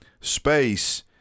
Space